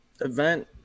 event